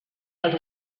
dels